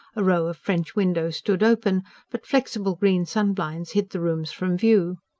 a row of french windows stood open but flexible green sun-blinds hid the rooms from view.